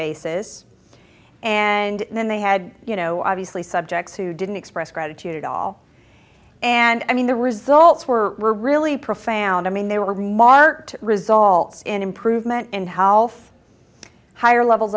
basis and then they had you know obviously subjects who didn't express gratitude all and i mean the results were really profound i mean they were marked results in improvement in health higher levels